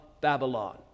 Babylon